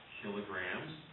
kilograms